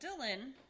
dylan